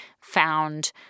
found